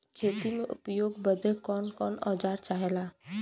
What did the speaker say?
खेती में उपयोग बदे कौन कौन औजार चाहेला?